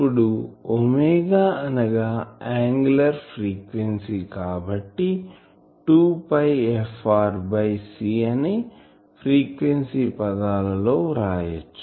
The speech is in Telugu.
ఇప్పుడు ఒమేగా అనగా యాంగులార్ ఫ్రీక్వెన్సీ కాబట్టి 2f r బై c అని ఫ్రీక్వెన్సీ పదాలు లో వ్రాయచ్చు